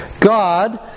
God